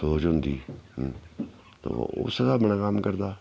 सोच होंदी ते उस्सै स्हाबै ने कम्म करदा